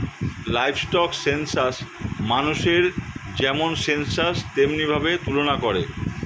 livestock census মানুষের যেমন census তেমনি ভাবে তুলনা করে